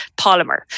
polymer